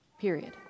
Period